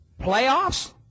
Playoffs